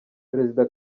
perezida